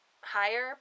higher